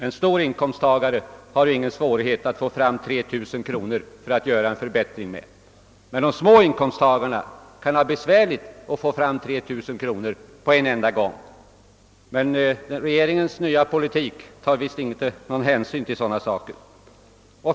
En stor inkomsttagare har ingen svårighet att få fram 3 000 kronor för att göra en förbättring, men för de små inkomsttagarna kan det vara besvärligt att skaffa fram detta belopp på en enda gång. Regeringens nya politik tar ingen hänsyn härtill.